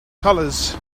colors